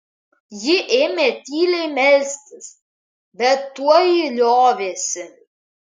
ji ėmė tyliai melstis bet tuoj liovėsi